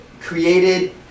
created